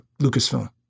Lucasfilm